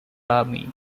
army